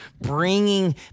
bringing